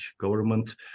government